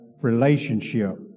relationship